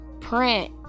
print